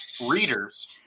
readers